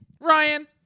Ryan